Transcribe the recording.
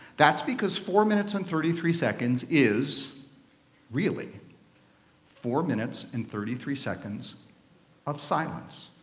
that's because four minutes and thirty three seconds is really four minutes and thirty three seconds of silence.